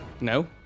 No